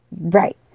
right